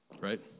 Right